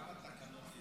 כמה תקנות יש בחוק הזה?